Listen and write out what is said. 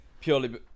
Purely